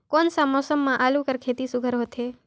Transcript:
कोन सा मौसम म आलू कर खेती सुघ्घर होथे?